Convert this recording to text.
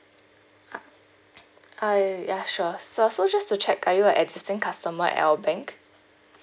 uh ah ya sure so so just to check are you an existing customer at our bank